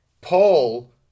Paul